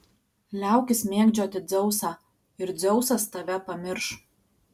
liaukis mėgdžioti dzeusą ir dzeusas tave pamirš